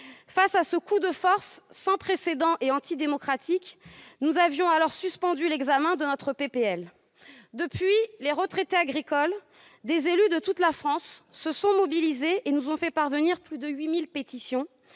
Face à ce coup de force sans précédent et antidémocratique, nous avions suspendu l'examen de notre proposition de loi. Depuis, les retraités agricoles et des élus de toute la France se sont mobilisés et nous ont fait parvenir plus de 8 000 pétitions